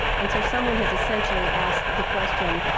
and so someone has essentially asked the question,